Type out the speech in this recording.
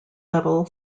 level